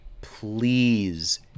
Please